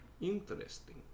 Interesting